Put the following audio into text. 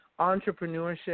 entrepreneurship